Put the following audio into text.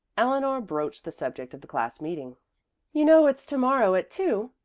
eleanor broached the subject of the class-meeting. you know it's to-morrow at two,